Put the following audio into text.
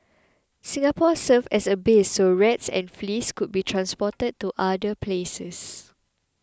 Singapore served as a base so rats and fleas could be transported to other places